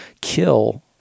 kill